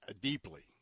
deeply